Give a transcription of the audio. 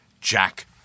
Jack